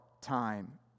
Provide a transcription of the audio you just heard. time